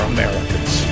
Americans